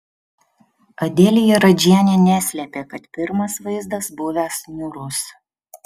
adelija radžienė neslėpė kad pirmas vaizdas buvęs niūrus